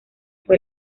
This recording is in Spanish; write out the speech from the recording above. fue